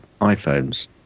iPhones